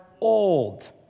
old